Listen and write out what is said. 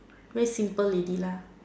wear simple lady lah